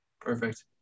Perfect